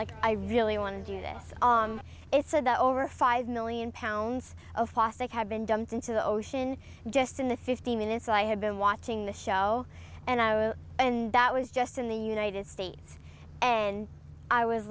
like i really want to do this it's a the over five million pounds of plastic had been dumped into the ocean just in the fifteen minutes i had been watching the show and i was and that was just in the united states and i was